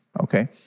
Okay